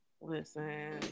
Listen